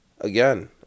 again